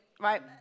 right